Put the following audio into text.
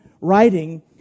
writing